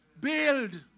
build